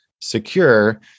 secure